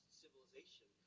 civilization